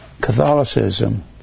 Catholicism